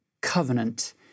covenant